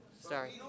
Sorry